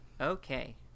Okay